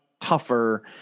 tougher